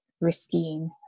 risking